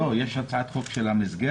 יש הצעת חוק של המסגרת?